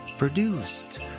Produced